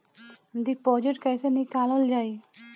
Deposit कैसे निकालल जाइ?